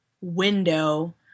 window